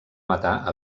matar